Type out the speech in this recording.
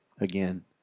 again